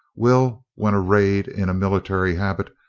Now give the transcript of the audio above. will, when arrayed in a military habit,